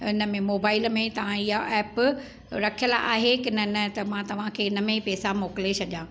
हिनमें मोबाइल में तव्हां इहा एप रखियल आहे की न त मां तव्हांखे हिनमें ई पैसा मोकिले छॾियां